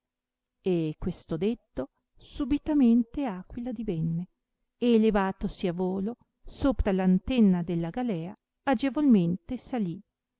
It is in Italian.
e questo detto subitamente aquila divenne e levatosi a volo sopra l'antenna della galea agevolmente salì